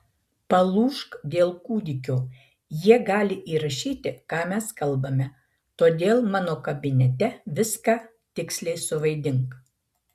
palūžk dėl kūdikio jie gali įrašyti ką mes kalbame todėl mano kabinete viską tiksliai suvaidink